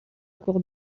court